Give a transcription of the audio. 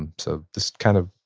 and so this kind of,